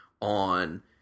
on